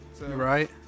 right